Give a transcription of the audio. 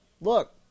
look